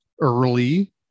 early